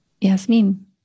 Yasmin